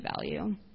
value